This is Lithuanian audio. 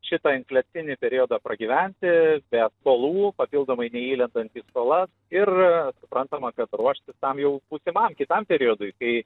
šitą infliacinį periodą pragyventi be skolų papildomai neįlendant į skolas ir suprantama kad ruošti tam jau būsimam kitam periodui tai